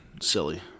silly